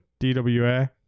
DWA